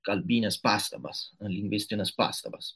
kalbines pastabas lingvistines pastabas